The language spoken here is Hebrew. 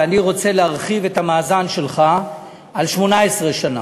ואני רוצה להרחיב את המאזן שלך ל-18 שנה.